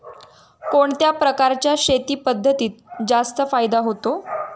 कोणत्या प्रकारच्या शेती पद्धतीत जास्त फायदा होतो?